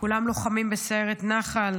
כולם לוחמים בסיירת נח"ל,